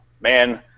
man